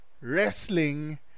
Wrestling